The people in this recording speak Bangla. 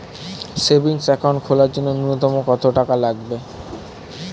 সেভিংস একাউন্ট খোলার জন্য নূন্যতম কত টাকা লাগবে?